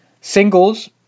Singles